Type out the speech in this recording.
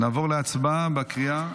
נעבור להצבעה בקריאה